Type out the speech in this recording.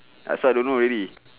ah so I don't know already